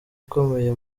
ikomeye